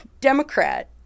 Democrat